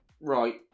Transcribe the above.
Right